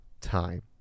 time